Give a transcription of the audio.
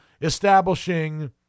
establishing